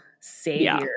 savior